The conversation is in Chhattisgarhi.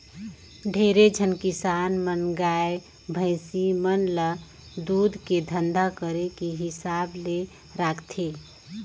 ढेरे झन किसान मन गाय, भइसी मन ल दूद के धंधा करे के हिसाब ले राखथे